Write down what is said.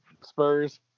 Spurs